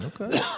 Okay